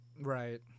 right